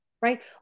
right